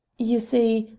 you see,